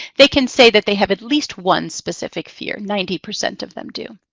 they can say that they have at least one specific fear, ninety percent of them do.